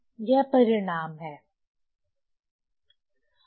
यह परिणाम है